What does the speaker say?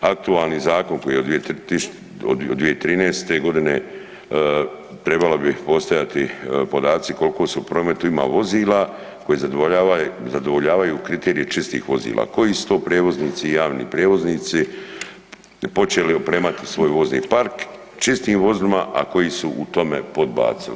Aktualni zakon koji je od 2013. godine, trebali bi postojati podaci koliko se u prometu ima vozila koja zadovoljavaju kriterije čistih vozila koji su prijevoznici i javni prijevoznici počeli opremati svoj vozni park čistim vozilima, a koji su u tome podbacili.